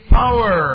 power